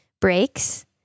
breaks